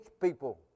people